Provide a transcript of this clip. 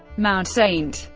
mount st.